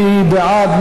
מי בעד?